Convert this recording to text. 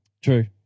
True